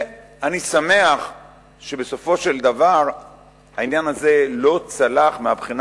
אני שמח שבסופו של דבר העניין הזה לא צלח מהבחינה